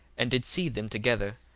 and did seethe them together,